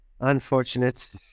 unfortunate